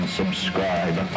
subscribe